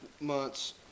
months